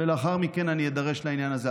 ולאחר מכן אני אידרש לעניין הזה.